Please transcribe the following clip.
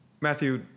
Matthew